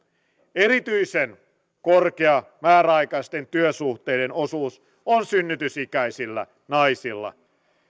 erityisen korkea määräaikaisten työsuhteiden osuus on synnytysikäisillä naisilla